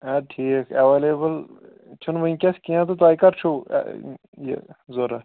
اَدٕ ٹھیٖک ایویلیبٕل چھُنہٕ وُنکیٚس کیٚنٛہہ تہٕ تۄہہِ کَر چھُو آ یہِ ضروٗرت